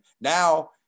now